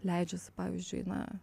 leidžiasi pavyzdžiui na